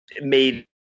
made